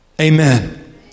Amen